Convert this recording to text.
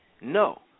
No